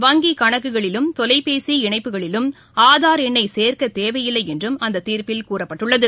வங்கிக் கணக்குக்களிலும் தொலைபேசி இணைப்புகளிலும் ஆதார் எண்ணை சேர்க்க தேவையில்லை என்றும் அந்த தீரப்பில் கூறப்பட்டுள்ளது